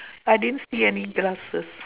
I didn't see any glasses